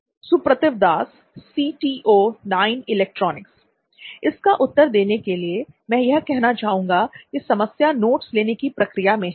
सुप्रतिव दास इसका उत्तर देने के लिए मैं यह कहना चाहूँगा की समस्या नोट्स लिखने की प्रक्रिया में है